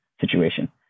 situation